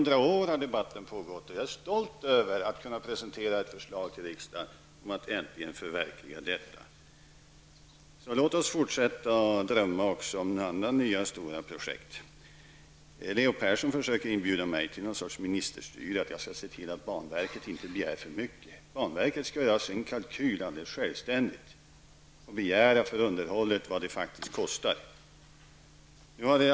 Debatten har pågått i hundra år. Jag är stolt över att kunna presentera ett förslag till riksdagen om att äntligen förverkliga detta. Låt oss fortsätta att drömma om andra nya stora projekt. Leo Persson försöker inbjuda mig till något slags ministerstyre där jag skall se till att banverket inte begär för mycket. Banverket skall göra sin kalkyl självständigt och begära för underhållet vad det faktiskt kostar.